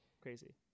crazy